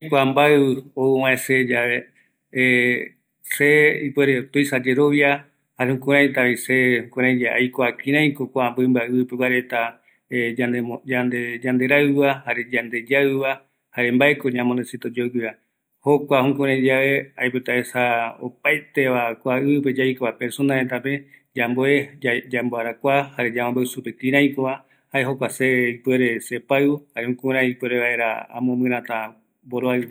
Kua mbaɨu rupi aesa yave, ikaviyaeta seve, jayave ikuata kïräiko kua mïmba reta iporaɨu, jare mbaeko oipota yandeguiretava, jokua se amombeuta sërëtäräretape, jare jae vaera opaeteko yayoaɨuta yaiko ramboeve kua ɨvɨpe